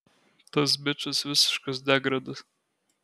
tas bičas visiškas degradas